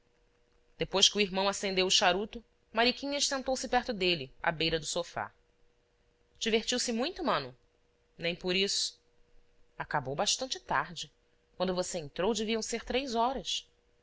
depois que o irmão acendeu o charuto mariquinhas sentou-se perto dele à beira do sofá divertiu-se muito mano nem por isso acabou bastante tarde quando você entrou deviam ser três horas